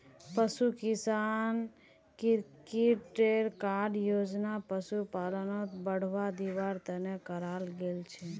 पशु किसान credit card योजना पशुपालनक बढ़ावा दिवार तने कराल गेल छे